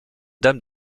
dame